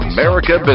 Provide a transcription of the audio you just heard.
America